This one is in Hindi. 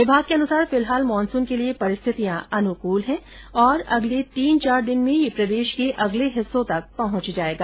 विभाग के अनुसार फिलहाल मानसून के लिये परिस्थितियां अनुकल है और अगले तीन चार दिन में ये प्रदेश के अगले हिस्सों तक पहच जायेगा